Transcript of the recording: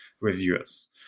reviewers